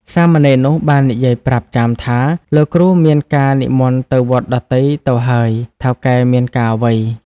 សាមណេរនោះបាននិយាយប្រាប់ចាមថា "លោកគ្រូមានការនិមន្តទៅវត្តដទៃទៅហើយ ថៅកែមានការអ្វី?"។